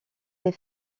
des